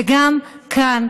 וגם כאן,